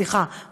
סליחה,